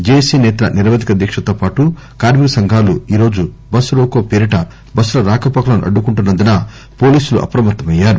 JAC నేతల నిరవధిక దీక్ష తో పాటు కార్మిక సంఘాలు ఈ రోజు బస్ రోకో పేరిట బస్సుల రాకపోకలను అడ్డుకుంటున్న ందున పోలీసులు అప్రమత్తయ్యారు